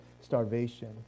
starvation